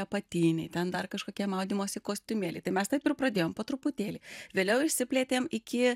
apatiniai ten dar kažkokie maudymosi kostiumėliai tai mes taip ir pradėjom po truputėlį vėliau išsiplėtėm iki